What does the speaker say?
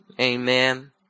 Amen